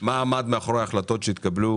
מה עמד מאחורי ההחלטות שהתקבלו